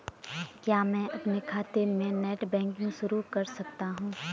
क्या मैं अपने खाते में नेट बैंकिंग शुरू कर सकता हूँ?